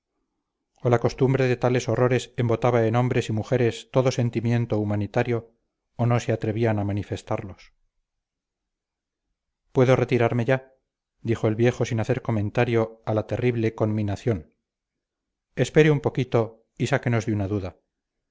o la costumbre de tales horrores embotaba en hombres y mujeres todo sentimiento humanitario o no se atrevían a manifestarlos puedo retirarme ya dijo el viejo sin hacer comentario a la terrible conminación espere un poquito y sáquenos de una duda